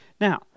Now